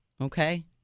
Okay